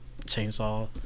Chainsaw